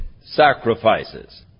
sacrifices